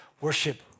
Worship